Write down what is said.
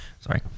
Sorry